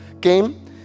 game